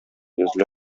йөзле